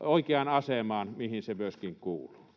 oikeaan asemaan, mihin se myöskin kuuluu.